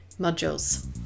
Modules